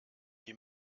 die